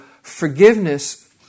Forgiveness